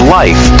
life